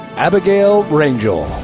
abigail rangel.